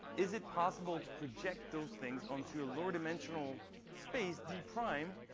is it possible to project those things onto a lower dimensional space, d prime,